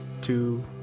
two